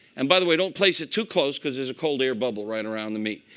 and by the way, don't place it too close. because there's a cold air bubble right around the meat.